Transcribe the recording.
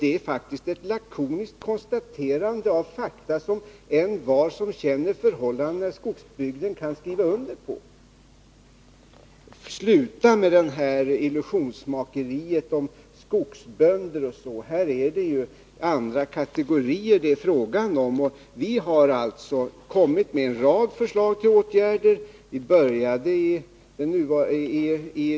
Det är faktiskt ett lakoniskt konstaterande av fakta som envar som känner förhållandena i skogsbygden kan skriva under på. Sluta med illusionsmakeriet om skogsbönder! Här är det fråga om andra kategorier. Vi har kommit med en rad förslag till åtgärder.